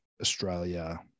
Australia